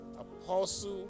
Apostle